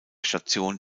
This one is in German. station